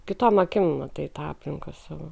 kitom akim matai tą aplinką savo